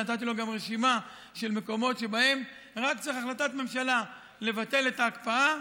וגם נתתי לו רשימה של מקומות שבהם רק צריך החלטת ממשלה לבטל את ההקפאה,